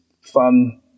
fun